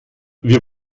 wir